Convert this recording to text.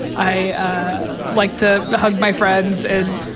i ah like to hug my friends and,